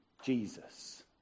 Jesus